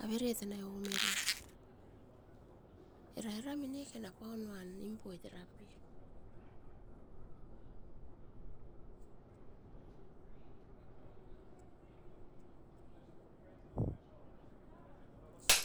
Aver tanain umeren era era minek apaunuan nimpoit era,